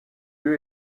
lieu